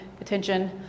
attention